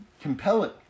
compelling